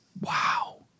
Wow